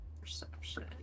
Perception